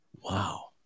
Wow